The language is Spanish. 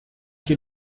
que